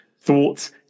thoughts